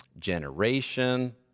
generation